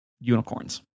unicorns